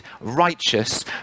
righteous